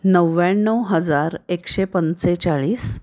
नव्याण्णव हजार एकशे पंचेचाळीस